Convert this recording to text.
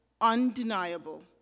undeniable